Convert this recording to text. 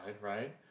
right